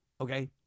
Okay